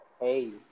hey